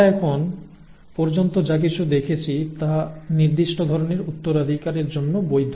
আমরা এখন পর্যন্ত যা কিছু দেখেছি তা নির্দিষ্ট ধরণের উত্তরাধিকারের জন্য বৈধ